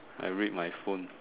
I read my phone